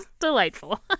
delightful